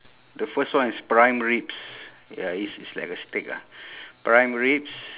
the first one is prime ribs ya it's it's like a steak ah prime ribs